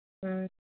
ꯎꯝ